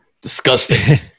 disgusting